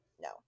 no